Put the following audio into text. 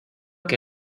que